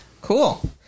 cool